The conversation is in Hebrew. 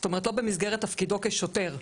זאת אומרת, לא במסגרת תפקידו כשוטר.